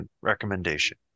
recommendation